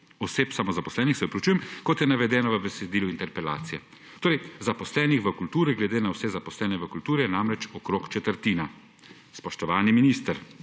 oseb samozaposlenih, kot je navedeno v besedilu interpelacije. Samozaposlenih v kulturi glede na vse zaposlene v kulturi je namreč okrog četrtina.« Spoštovani minister,